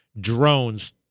drones